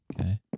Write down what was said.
Okay